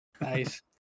nice